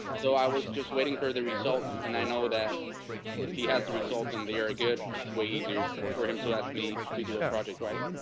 so i was just waiting for the results. and i know that if he has the results and the good it's way, easier for him to ask me to do a project. right?